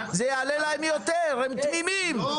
זה מה שאמור